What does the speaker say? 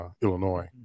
Illinois